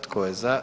Tko je za?